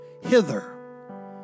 hither